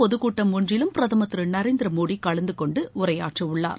பொதுக்கூட்டம் ஒன்றிலும் பிரதமர் திரு நரேந்திரமோடி கலந்து கொண்டு உரையாற்றவுள்ளார்